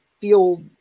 feel